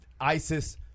ISIS